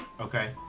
Okay